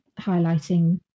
highlighting